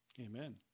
Amen